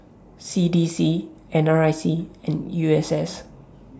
C D C N R I C and U S S